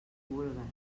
vulgues